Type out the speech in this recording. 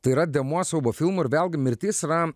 tai yra dėmuo siaubo filmų ir vėlgi mirtis yra